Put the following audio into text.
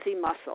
muscle